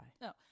No